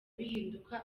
bihinduka